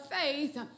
faith